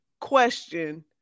question